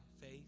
faith